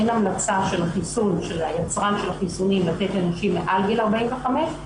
אין המלצה של היצרן של החיסונים לתת לאנשים מעל גיל 45,